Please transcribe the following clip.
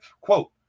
quote